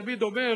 אני תמיד אומר,